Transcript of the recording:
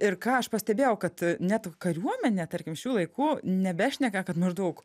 ir ką aš pastebėjau kad net kariuomenė tarkim šių laikų nebešneka kad maždaug